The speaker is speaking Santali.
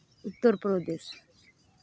ᱩᱛᱛᱚᱨᱯᱨᱚᱫᱮᱥ